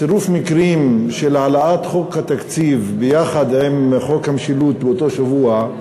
צירוף המקרים של העלאת חוק התקציב ביחד עם חוק המשילות באותו שבוע,